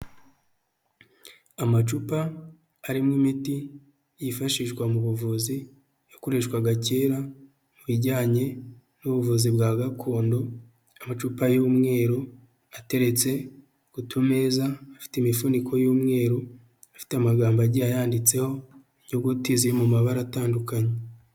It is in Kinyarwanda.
Amacupa arimo imiti yifashishwa mu buvuzi yakoreshwaga kera mu bijyanye n'ubuvuzi bwa gakondo amacupa y'umweru ateretse ku tu meza afite imifuniko y'umweru afite amagambo agiye yanyanditseho inyuguti ziri mu mabara atandukanye.